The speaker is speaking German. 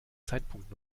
zeitpunkt